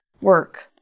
work